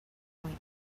point